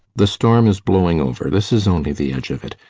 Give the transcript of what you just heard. the storm is blowing over. this is only the edge of it.